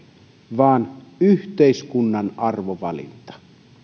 vaan yhteiskunnan arvovalinta